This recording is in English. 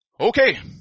Okay